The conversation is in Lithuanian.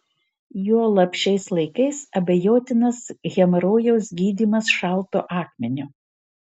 juolab šiais laikais abejotinas hemorojaus gydymas šaltu akmeniu